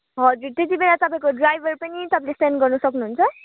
हजुर त्यति बेला तपाईँको ड्राइभर पनि तपाईँले सेन्ड गर्न सक्नुहुन्छ